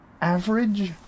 average